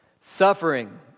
suffering